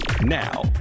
Now